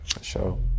Sure